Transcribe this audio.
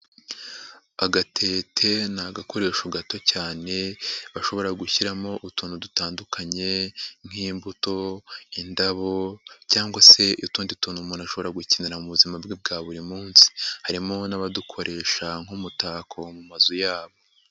Agatete ni agakoresho gato cyane bashobora gushyiramo utuntu dutandukanye nk'imbuto, indabo cyangwa se utundi tuntu umuntu ashobora gukenera mu buzima bwe bwa buri, munsi harimo n'abadukoresha nk'umutako mu mazu yabo.